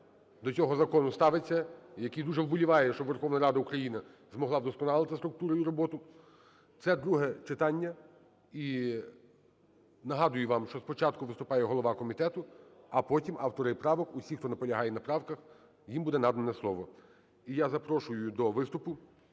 до цього закону ставиться, який дуже вболіває, щоб Верховна Рада України змогла вдосконалити структуру і роботу. Це друге читання, і нагадую вам, що спочатку виступає голова комітету, а потім автори правок. Всі хто наполягає на правках їм буде надане слово. І я запрошую до виступу